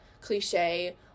cliche